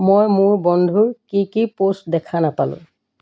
মই মোৰ বন্ধুৰ কি কি পোষ্ট দেখা নাপালো